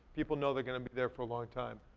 people know they're gonna be there for a long time.